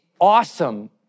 awesome